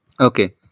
Okay